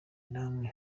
namwe